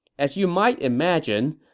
as you might imagine,